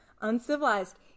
uncivilized